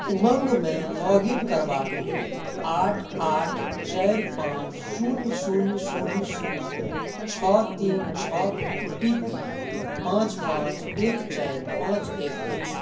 उमङ्गमे लॉगिन करबाक लेल आठ आठ चारि पाँच शून्य शून्य शून्य शून्य छओ तीन छओक ओ टी पी पाँच पाँच एक चारि पाँच एक अछि